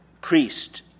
priest